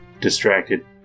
distracted